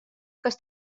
kas